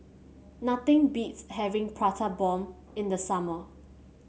nothing beats having Prata Bomb in the summer